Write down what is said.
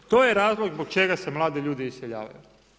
To je razlog zbog čega se mladi ljudi iseljavaju.